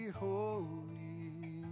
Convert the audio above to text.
holy